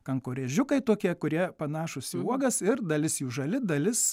kankorėžiukai tokie kurie panašūs į uogas ir dalis jų žali dalis